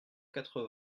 quatre